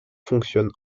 fonctionne